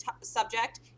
subject